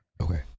Okay